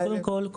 אז קודם כול,